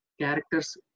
characters